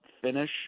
finish